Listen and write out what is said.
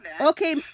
okay